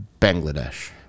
Bangladesh